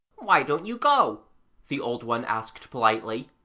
why don't you go the old one asked politely.